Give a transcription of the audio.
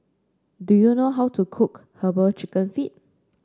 do you know how to cook herbal chicken feet